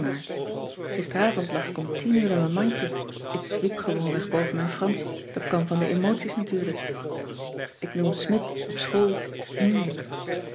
maart gisteravond lag ik om tien uur in mijn mandje ik sliep gewoonweg boven mijn fransch dat kwam van de emoties natuurlijk ik noem smidt op school hm